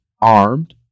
armed